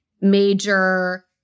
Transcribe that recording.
major